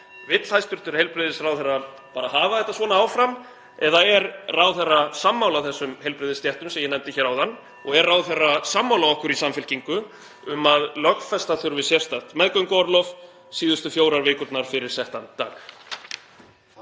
Vill hæstv. heilbrigðisráðherra bara hafa þetta svona áfram eða er ráðherra sammála þessum heilbrigðisstéttum sem ég nefndi hér áðan? (Forseti hringir.) Og er ráðherra sammála okkur í Samfylkingunni um að lögfesta þurfi sérstakt meðgönguorlof síðustu fjórar vikurnar fyrir settan dag?